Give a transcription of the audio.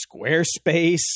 Squarespace